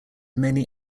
mainly